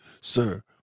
sir